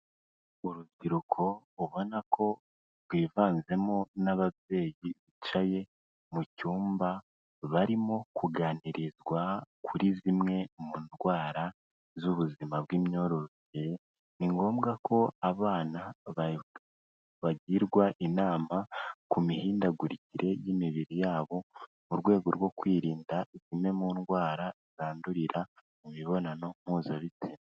Urubyiruko ubona ko rwivanzemo n'ababyeyi bicaye mu cyumba, barimo kuganirizwa kuri zimwe mu ndwara z'ubuzima bw'imyororokere, ni ngombwa ko abana bagirwa inama ku mihindagurikire y'imibiri yabo mu rwego rwo kwirinda z'imwe mu ndwara zandurira mu mibonano mpuzabitsina.